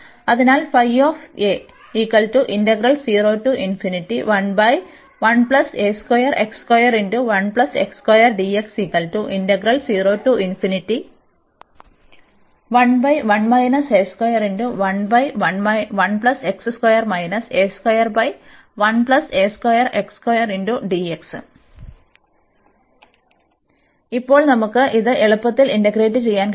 അതിനാൽ ഇപ്പോൾ നമുക്ക് ഇത് എളുപ്പത്തിൽ ഇന്റഗ്രേറ്റ് ചെയ്യാൻ കഴിയും